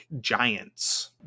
giants